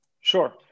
Sure